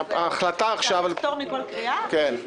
אני בכוחי הדל מנסה למנוע מכם להתאבד.